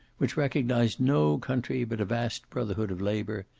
which recognized no country but a vast brotherhood of labor,